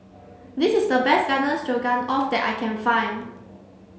this is the best Garden Stroganoff that I can find